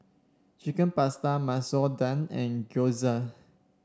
Chicken Pasta Masoor Dal and Gyoza